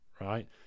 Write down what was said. right